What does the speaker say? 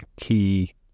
key